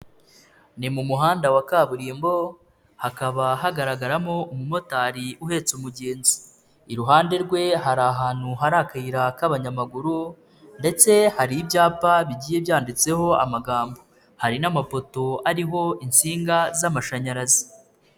Ni mu muhanda wa kaburimbo hakaba hagaragaramo umumotari uhetse umugenzi, iruhande rwe hari ahantu hari akayira k'abanyamaguru ndetse hari ibyapa bigiye byanditseho amagambo, hari n'amapoto ariho insinga z'amashanyarazi.